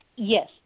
Yes